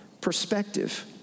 perspective